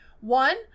One